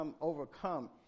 overcome